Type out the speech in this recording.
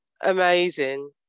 amazing